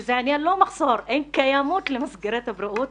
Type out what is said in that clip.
העניין זה לא מחסור, אין קיימות למסגרות בריאות.